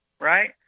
right